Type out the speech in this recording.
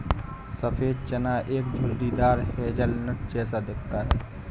सफेद चना एक झुर्रीदार हेज़लनट जैसा दिखता है